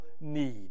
need